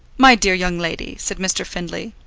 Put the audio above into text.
my dear young lady, said mr. findlay,